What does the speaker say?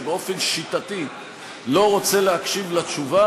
שבאופן שיטתי לא רוצה להקשיב לתשובה,